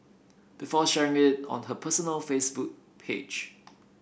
before sharing it on her personal Facebook page